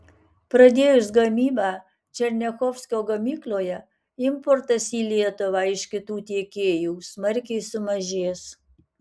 pradėjus gamybą černiachovskio gamykloje importas į lietuvą iš kitų tiekėjų smarkiai sumažės